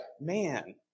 man